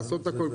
לעשות הכל.